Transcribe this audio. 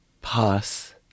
Pass